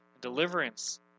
deliverance